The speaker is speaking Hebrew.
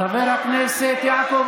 חבר הכנסת יעקב